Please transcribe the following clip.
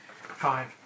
Five